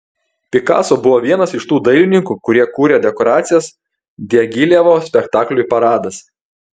pikaso buvo vienas iš tų dailininkų kurie kūrė dekoracijas diagilevo spektakliui paradas